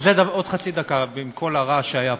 עוד חצי דקה, עם כל הרעש שהיה פה.